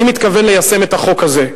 אני מתכוון ליישם את החוק הזה,